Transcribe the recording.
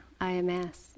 IMS